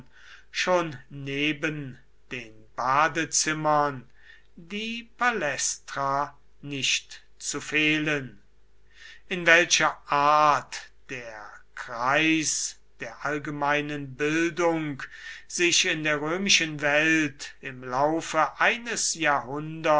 schon neben den badezimmern die palästra nicht zu fehlen in welcher art der kreis der allgemeinen bildung sich in der römischen welt im laufe eines jahrhunderts